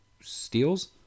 steals